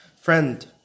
Friend